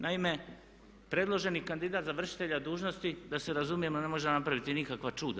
Naime, predloženi kandidat za vršitelja dužnosti, da se razumijemo ne može napraviti nikakva čuda.